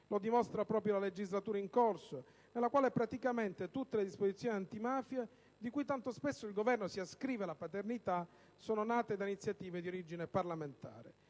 Lo dimostra proprio la legislatura in corso, nella quale praticamente tutte le disposizioni antimafia, di cui tanto spesso il Governo si ascrive la paternità, sono nate da iniziative di origine parlamentare.